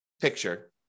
picture